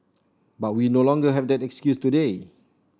but we no longer have that excuse today